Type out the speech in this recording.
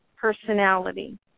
personality